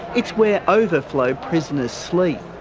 it's where overflow prisoners sleep.